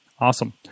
awesome